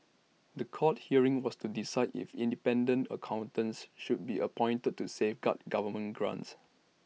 The Court hearing was to decide if independent accountants should be appointed to safeguard government grants